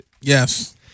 Yes